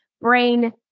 brain